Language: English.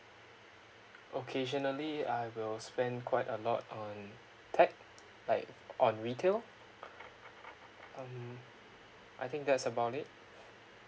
occasionally I will spend quite a lot on tech like on retail um I think that's about it